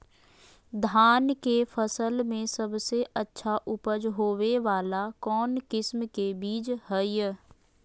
धान के फसल में सबसे अच्छा उपज होबे वाला कौन किस्म के बीज हय?